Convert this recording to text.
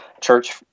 church